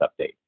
Update